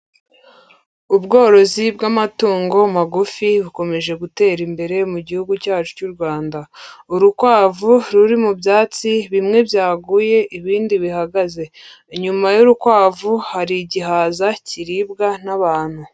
Ubworozi bw'amatungo magufi bukomeje gutera imbere mu gihugu cyacu cy'u Rwanda. Urukwavu ruri mu byatsi bimwe byaguye ibindi bihagaze, inyuma y'urukwavu hari igihaza kiribwa n'abantu.